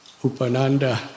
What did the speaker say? Upananda